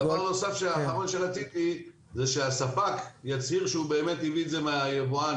דבר נוסף אחרון שרציתי הוא שהספק יצהיר שהוא באמת הביא את זה מהיצרן,